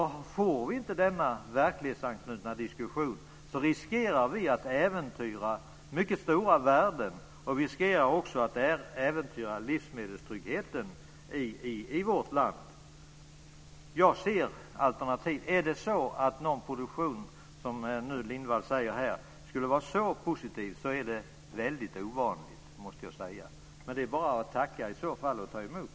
Får vi inte denna verklighetsanknutna diskussion, riskerar vi att äventyra mycket stora värden och vi riskerar att äventyra livsmedelstryggheten i vårt land. Det är ovanligt om någon produktion skulle vara så positiv som Lindvall säger. Det är bara att tacka och ta emot.